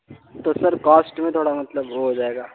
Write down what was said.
تو sir cost میں تھوڑا مطلب وہ ہو جائے گا